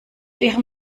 ihrem